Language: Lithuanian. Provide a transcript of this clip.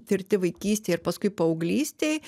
tirti vaikystėje ir paskui paauglystėj